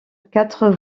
quatre